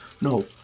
No